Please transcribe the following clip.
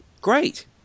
great